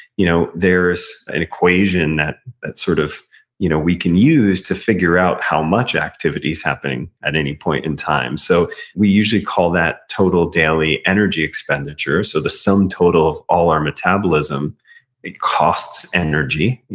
you know there's an equation that that sort of you know we can use to figure out how much activity's happening at any point in time. so we usually call that total daily energy expenditure, so the sum total of all our metabolism costs energy,